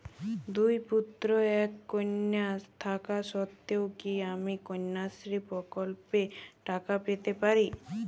দুই পুত্র এক কন্যা থাকা সত্ত্বেও কি আমি কন্যাশ্রী প্রকল্পে টাকা পেতে পারি?